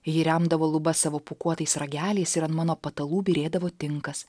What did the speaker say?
ji remdavo lubas savo pūkuotais rageliais ir an mano patalų byrėdavo tinkas